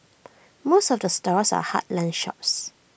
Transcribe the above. most of the stores are heartland shops